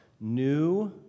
new